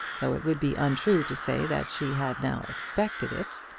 though it would be untrue to say that she had now expected it.